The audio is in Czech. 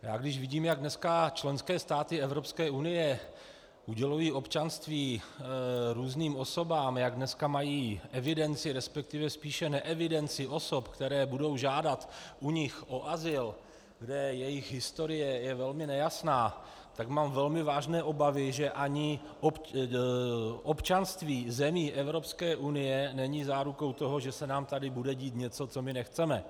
Já když vidím, jak dneska členské státy Evropské unie udělují občanství různým osobám, jak dneska mají evidenci, resp. spíše neevidenci osob, které budou žádat u nich o azyl, kde jejich historie je velmi nejasná, tak mám velmi vážné obavy, že ani občanství zemí Evropské unie není zárukou toho, že se nám tady bude dít něco, co my nechceme.